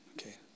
Okay